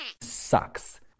sucks